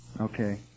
okay